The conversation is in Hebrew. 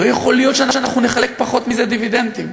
לא יכול להיות שאנחנו נחלק פחות מזה דיבידנדים.